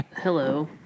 Hello